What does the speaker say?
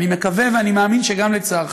ואני מקווה ואני מאמין שגם לצערך,